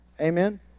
Amen